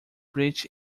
breech